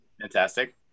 Fantastic